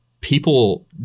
people